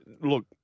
Look